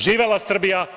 Živela Srbija.